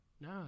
No